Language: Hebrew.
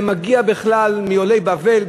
זה מגיע בכלל מעולי בבל,